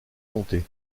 comté